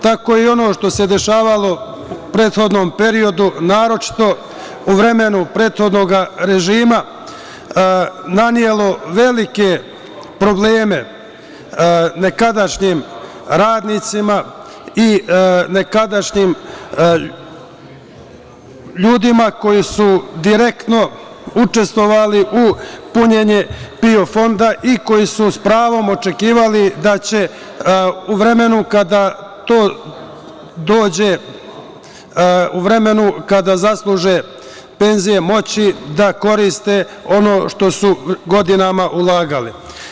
Tako i ono što se dešavalo u prethodnom periodu, naročito u vremenu prethodnog režima, nanelo je velike probleme nekadašnjim radnicima i nekadašnjim ljudima koji su direktno učestvovali u punjenju PIO fonda i koji su s pravom očekivali da će u vremenu kada zasluže penzije moći da koriste ono što su godinama ulagali.